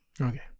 Okay